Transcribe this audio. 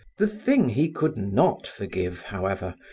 the thing he could not forgive, however,